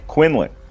Quinlan